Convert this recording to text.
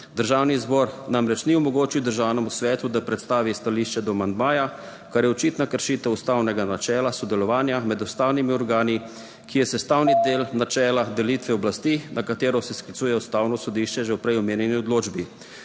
Državni zbor namreč ni omogočil Državnemu svetu, da predstavi stališče do amandmaja, kar je očitna kršitev ustavnega načela sodelovanja med ustavnimi organi, ki je sestavni del načela delitve oblasti, na katero se sklicuje Ustavno sodišče že v prej omenjeni odločbi.